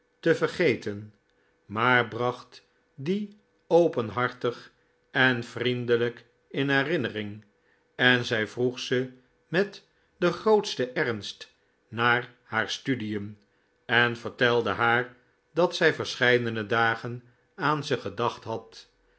te vergeten maar bracht die openhartig en vriendelijk in herinnering en zij vroeg ze met den grootsten ernst naar haar studien en vertelde haar dat zij verscheidene dagen aan ze gedacht had